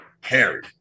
Harry